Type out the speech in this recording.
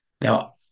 Now